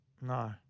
No